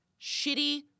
shitty